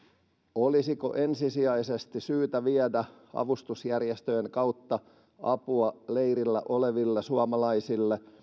olisiko ensisijaisesti syytä viedä avustusjärjestöjen kautta apua leirillä oleville suomalaisille